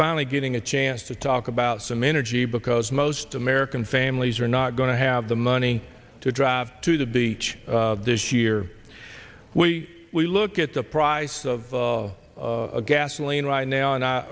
finally getting a chance to talk about some energy because most american families are not going to have the money to drive to the beach this year we we look at the price of gasoline right now